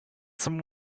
some